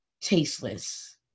tasteless